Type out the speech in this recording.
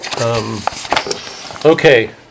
Okay